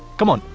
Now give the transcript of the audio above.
come man!